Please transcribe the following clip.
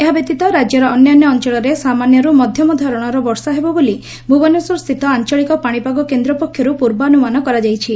ଏତଦ୍ ବ୍ୟତୀତ ରାକ୍ୟର ଅନ୍ୟାନ୍ୟ ଅଞ୍ଞଳରେ ସାମାନ୍ୟରୁ ମଧ୍ୟମ ଧରଶର ବର୍ଷା ହେବ ବୋଲି ଭୁବନେଶ୍ୱରସ୍ଥିତ ଆଞ୍ଞଳିକ ପାଶିପାଗ କେନ୍ଦ୍ର ପକ୍ଷରୁ ପୂର୍ବାନୁମାନ କରାଯାଇଛି